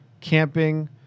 camping